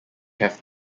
have